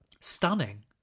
stunning